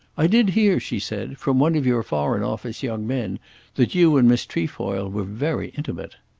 i did hear, she said, from one of your foreign office young men that you and miss trefoil were very intimate.